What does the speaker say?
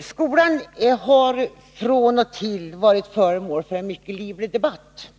Skolan har från och till varit föremål för en mycket livlig debatt.